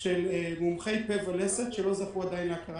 של מומחי פה ולסת שלא זכו עדיין להכרה